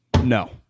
No